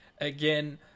again